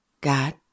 God